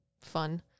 fun